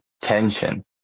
tension